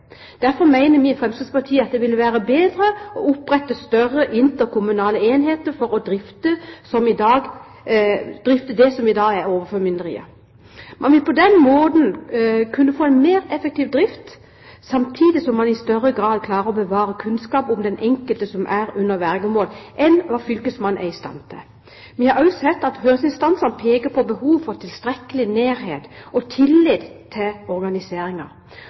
å opprette større interkommunale enheter for å drifte det som i dag er overformynderiet. Man vil på den måten kunne få en mer effektiv drift, samtidig som man i større grad klarer å bevare kunnskap om den enkelte som er under vergemål, enn hva fylkesmannen er i stand til. Vi har sett at høringsinstansene peker på behovet for tilstrekkelig nærhet og tillit til